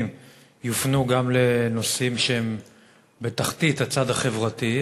יופנו גם לנושאים שהם בתחתית הצד החברתי.